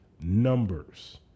numbers